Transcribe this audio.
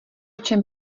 čem